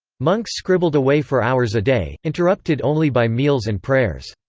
monks scribbled away for hours a day, interrupted only by meals and prayers.